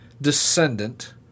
descendant